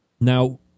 Now